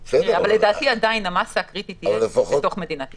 לדעתי, עדיין המסה הקריטית תהיה בתוך מדינת ישראל.